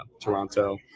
Toronto